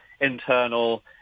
internal